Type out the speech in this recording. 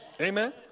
Amen